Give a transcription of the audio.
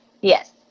Yes